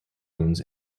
wounds